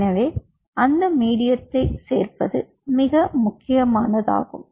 எனவே அந்த மீடியதை சேர்ப்பது மிக முக்கியமாகும்